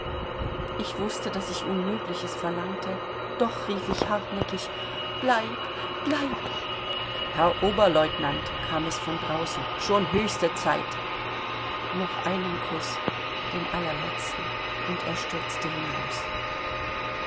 ich wußte daß ich unmögliches verlangte doch rief ich hartnäckig bleib bleib herr oberlieutenant kam es von draußen schon höchste zeit noch einen kuß den allerletzten und er stürzte hinaus